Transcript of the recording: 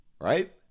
Right